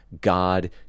God